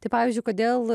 tai pavyzdžiui kodėl